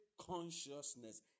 consciousness